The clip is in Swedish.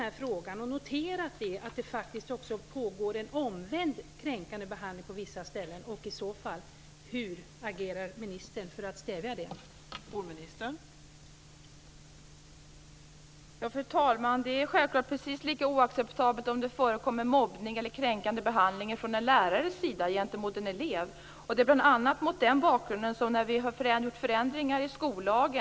Hur agerar ministern i så fall för att stävja detta?